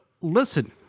listen